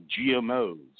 GMOs